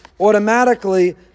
automatically